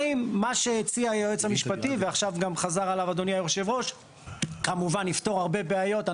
מה שהציע היועץ המשפטי יפתור הרבה בעיות.